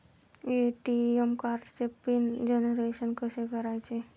ATM कार्डचे PIN generation कसे करायचे?